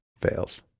fails